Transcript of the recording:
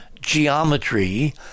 geometry